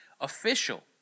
official